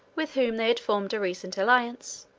with whom they had formed a recent alliance,